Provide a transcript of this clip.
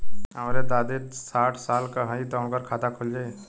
हमरे दादी साढ़ साल क हइ त उनकर खाता खुल जाई?